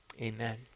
Amen